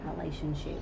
relationship